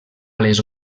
les